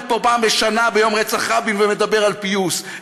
פה פעם בשנה ביום רצח רבין ומדבר על פיוס,